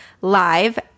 live